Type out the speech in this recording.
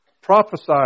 prophesied